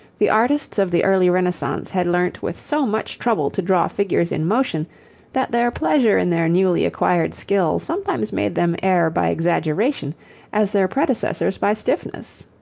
the artists of the early renaissance had learnt with so much trouble to draw figures in motion that their pleasure in their newly acquired skill sometimes made them err by exaggeration as their predecessors by stiffness.